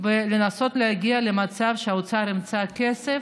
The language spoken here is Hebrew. ולנסות להגיע למצב שהאוצר ימצא כסף.